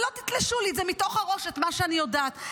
ולא תתלשו לי מתוך הראש את מה שאני יודעת.